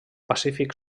pacífic